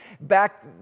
Back